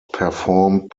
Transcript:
performed